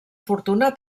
fortuna